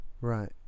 Right